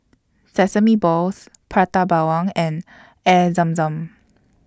Sesame Balls Prata Bawang and Air Zam Zam